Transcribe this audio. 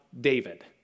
David